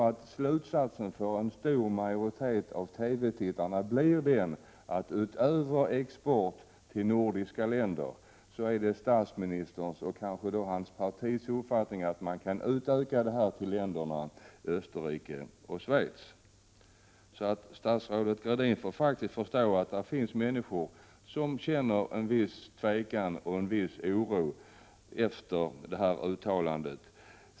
Slutsatsen för en stor majoritet av TV-tittarna blev säkert den att utöver export till nordiska länder är det statsministerns och kanske också hans partis uppfattning att exporten kan utökas till att omfatta också länderna Österrike och Schweiz. Statsrådet Gradin får faktiskt förstå att det finns människor som känner en viss tvekan och en viss oro efter det här uttalandet.